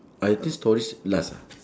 I think stories last lah